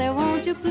ah won't you please